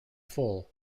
full